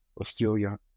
Australia